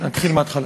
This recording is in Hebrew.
נתחיל מההתחלה.